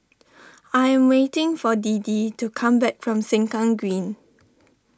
I am waiting for Deedee to come back from Sengkang Green